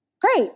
Great